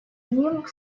ним